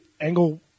Angle